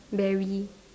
Barry